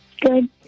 Good